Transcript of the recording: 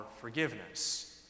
forgiveness